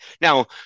Now